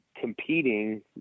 competing